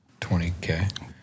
20K